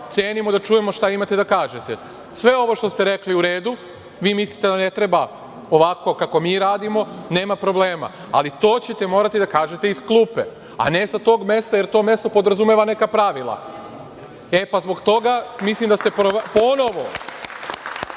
cenimo da čujemo šta imate da kažete. Sve ovo što ste rekli u redu, vi mislite da ne treba ovako kako mi radimo, nema problema, ali to ćete morati da kažete iz klupe, a ne sa tog mesta, jer to mesto podrazumeva neka pravila. Zbog toga mislim da ste ponovo,